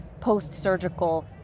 post-surgical